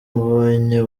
mbonye